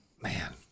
Man